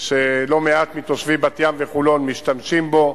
שלא מעט מתושבי בת-ים וחולון משתמשים בו,